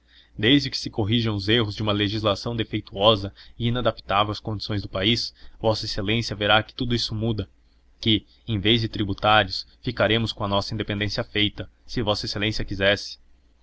desde que se corrijam os erros de uma legislação defeituosa e inadaptável às condições do país vossa excelência verá que tudo isto muda que em vez de tributários ficaremos com a nossa independência feita se vossa excelência quisesse